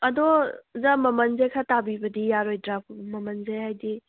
ꯑꯗꯣ ꯑꯣꯖꯥ ꯃꯃꯟꯁꯦ ꯈꯔ ꯇꯥꯕꯤꯕꯗꯤ ꯌꯥꯔꯣꯏꯗ꯭ꯔꯥ ꯃꯃꯟꯁꯦ ꯍꯥꯏꯗꯤ